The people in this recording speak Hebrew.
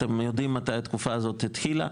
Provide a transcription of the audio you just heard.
כי אתם יודעים מתי התקופה הזאת התחילה.